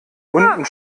unten